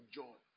joy